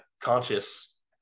conscious